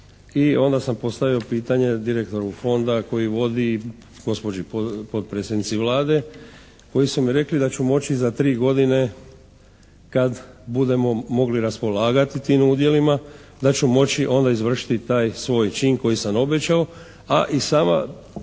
i onda sam postavio pitanje direktoru fonda koji vodi i gospođi potpredsjednici Vlade, koji su mi rekli da ću moći za tri godine kad budemo mogli raspolagati tim udjelima, da ću moći onda izvršiti taj svoj čin koji sam obećao, a i sama